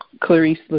Clarice